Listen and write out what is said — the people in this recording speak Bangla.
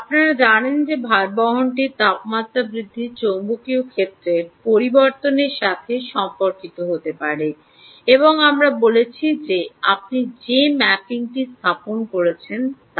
আপনারা জানেন যে ভারবহনটি তাপমাত্রা বৃদ্ধির চৌম্বকীয় ক্ষেত্রের পরিবর্তনের সাথে সম্পর্কিত হতে পারে এবং আমরা বলেছি যে আপনি যে ম্যাপিংটি স্থাপন করছেন তা